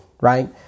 Right